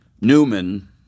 Newman